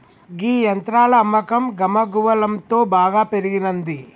గీ యంత్రాల అమ్మకం గమగువలంతో బాగా పెరిగినంది